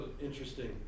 interesting